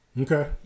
okay